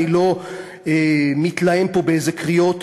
אני לא מתלהם פה באיזה קריאות: